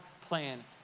plan